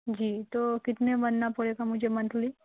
جی تو کتنے بھرنا پڑے گا مجھے منتھلی